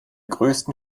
größten